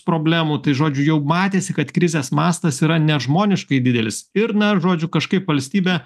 problemų tai žodžiu jau matėsi kad krizės mastas yra nežmoniškai didelis ir na žodžiu kažkaip valstybė